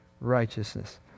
righteousness